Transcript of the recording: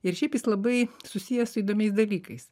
ir šiaip jis labai susijęs su įdomiais dalykais